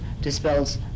dispels